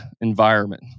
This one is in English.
environment